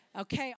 Okay